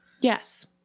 yes